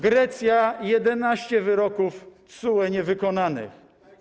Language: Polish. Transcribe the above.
Grecja - 11 wyroków TSUE niewykonanych.